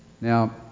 Now